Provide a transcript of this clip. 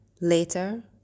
Later